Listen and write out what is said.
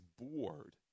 bored